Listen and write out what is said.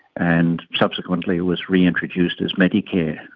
and subsequently was reintroduced as medicare.